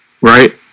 right